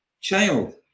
child